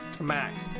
max